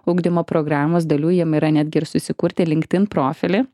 ugdymo programos dalių jiem yra netgi ir susikurti linkedin profilį